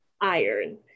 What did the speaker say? iron